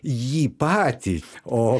jį patį o